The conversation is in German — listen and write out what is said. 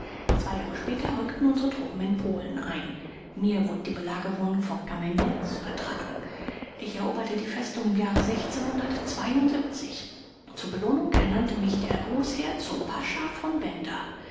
zwei jahre später rückten unsere truppen in polen ein mir wurde die belagerung von kameniec übertragen ich eroberte die festung im jahre zur belohnung ernannte mich der großherr zum pascha von bender